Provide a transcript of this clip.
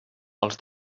als